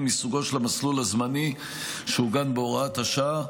מסוגו של המסלול הזמני שעוגן בהוראת השעה.